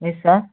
yes sir